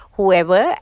whoever